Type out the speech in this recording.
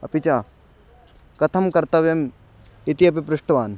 अपि च कथं कर्तव्यम् इति अपि पृष्टवान्